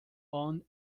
owned